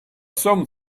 some